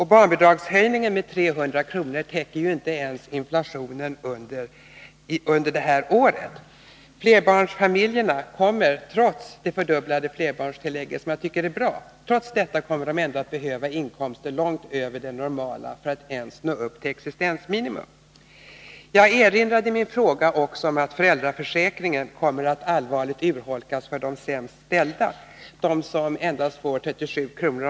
Höjningen av barnbidraget med 300 kr. täcker inte ens inflationsurholkningen av barnbidraget under detta år. Flerbarnsfamiljerna kommer trots fördubblingen av flerbarnstillägget, som jag tycker är bra, att behöva inkomster långt över det normala för att över huvud taget nå upp till existensminimum. Jag erinrade i min fråga också om att föräldraförsäkringen kommer att allvarligt urholkas för de sämst ställda — för dem som endast får 37 kr.